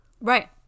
Right